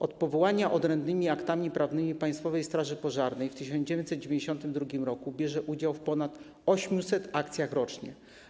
Od powołania odrębnymi aktami prawnymi Państwowej Straży Pożarnej w 1992 r. bierze udział w ponad 800 akcjach rocznie.